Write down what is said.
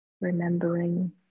remembering